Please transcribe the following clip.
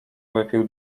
wypił